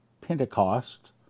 Pentecost